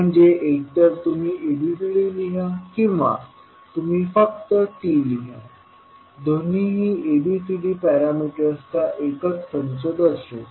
म्हणजे एकतर तुम्ही ABCD लिहा किंवा तुम्ही फक्त T लिहा दोन्हीही ABCD पॅरामीटर्सचा एकच संच दर्शवतील